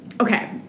okay